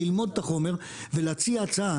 ללמוד את החומר ולהציע הצעה.